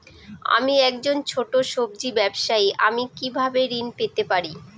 আমি একজন ছোট সব্জি ব্যবসায়ী আমি কিভাবে ঋণ পেতে পারি?